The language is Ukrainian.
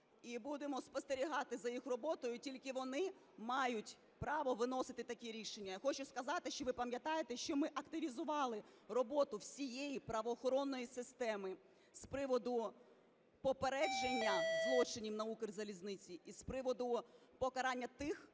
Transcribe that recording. І будемо спостерігати за їх роботою, тільки вони мають право виносити такі рішення. Я хочу сказати, що, ви пам'ятаєте, що ми активізували роботу всієї правоохоронної системи з приводу попередження злочинів на Укрзалізниці, і з приводу покарання тих,